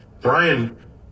Brian